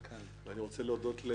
אם אתה אומר,